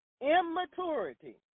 immaturity